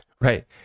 right